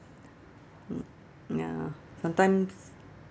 mm ya sometimes